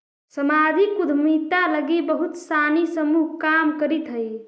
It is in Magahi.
सामाजिक उद्यमिता लगी बहुत सानी समूह काम करित हई